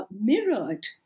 mirrored